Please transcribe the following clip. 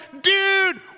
dude